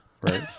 right